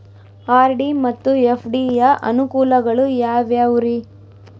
RD ಮತ್ತು FD ಯ ಅನುಕೂಲಗಳು ಯಾವ್ಯಾವುರಿ?